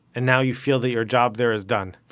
and now you feel that your job there is done?